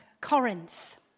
Corinth